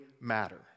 matter